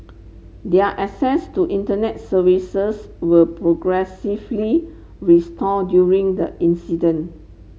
their access to internet services were progressively restored during the incident